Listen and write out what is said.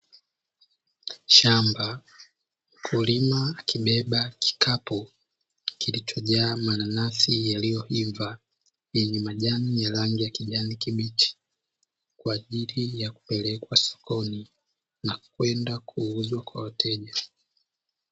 Shamba; mkulima akibeba kikapu kilichojaa mananasi yaliyoiva yenye majani yenye rangi ya kijani kibichi kwa ajili ya kupelekwa sokoni na kwenda kuuzwa kwa wateja.